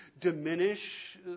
diminish